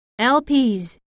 LPs